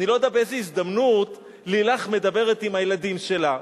אני לא יודע באיזה הזדמנות לילך מדברת עם הילדים שלה.